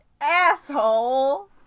asshole